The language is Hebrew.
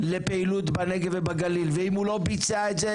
לפעילות בנגב ובגליל ואם הוא לא ביצע את זה,